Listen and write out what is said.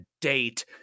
date